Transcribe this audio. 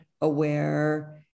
aware